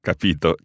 Capito